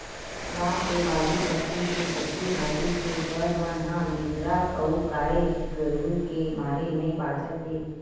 गाँव के बाड़ी बखरी के सब्जी भाजी, के फर मन ह बेंदरा अउ गाये गरूय के मारे नइ बाचत हे